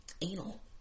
Anal